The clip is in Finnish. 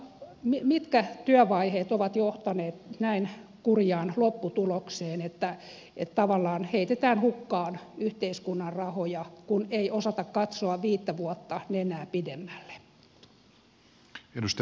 mitkä työvaiheet ovat johtaneet näin kurjaan lopputulokseen että tavallaan heitetään hukkaan yhteiskunnan rahoja kun ei osata katsoa viittä vuotta nenää pidemmälle